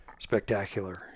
spectacular